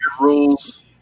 rules